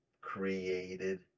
created